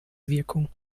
wirkung